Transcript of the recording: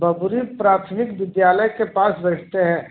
बोगरी प्राथमिक विद्यालय के पास बैठते हैं